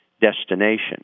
destination